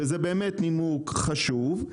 שזה באמת נימוק חשוב,